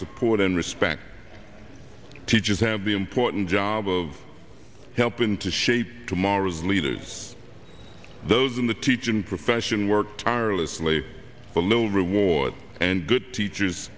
support and respect teachers have the important job of helping to shape tomorrow's leaders those in the teaching profession work tirelessly a little reward and good teachers